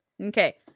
Okay